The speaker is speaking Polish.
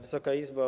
Wysoka Izbo!